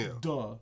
duh